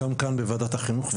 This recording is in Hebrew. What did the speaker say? גם כאן בוועדת החינוך,